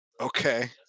Okay